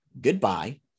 goodbye